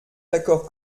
d’accord